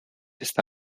está